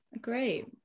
Great